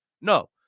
No